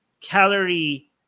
calorie